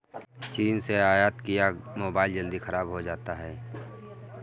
चीन से आयत किया मोबाइल जल्दी खराब हो जाता है